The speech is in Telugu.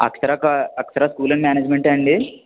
అక్షర కా అక్షర స్కూల్ అండ్ మేనేజ్మెంటా అండి